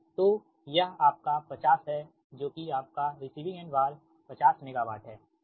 तो यह आपका 50 है जो कि आपका रिसीविंग एंड भार 50 मेगावाट है